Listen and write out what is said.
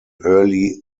early